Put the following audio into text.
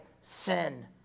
sin